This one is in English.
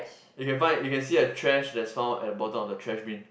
you can find you can see a trash that's found at the bottom of the trash bin